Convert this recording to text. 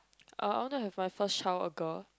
uh I want to have my first child a girl